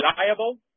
reliable